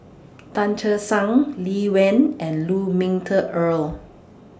Tan Che Sang Lee Wen and Lu Ming Teh Earl